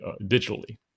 digitally